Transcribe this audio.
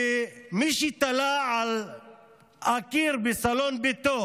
שמי שתלה על הקיר בסלון ביתו